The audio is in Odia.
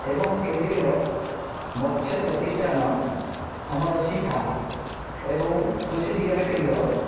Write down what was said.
ଏବଂ କେନ୍ଦ୍ରୀୟ ମତ୍ସ୍ୟ ପ୍ରତିଷ୍ଠାନ ଆମର ସିଫା ଏବଂ କୃଷିବିଜ୍ଞାନ କେନ୍ଦ୍ର